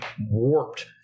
warped